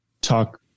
talk